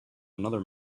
another